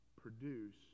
Produce